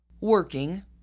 working